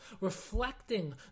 reflecting